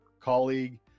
colleague